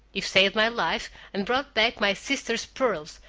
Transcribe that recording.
you've saved my life and brought back my sister's pearls,